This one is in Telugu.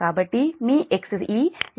కాబట్టి మీ xe 0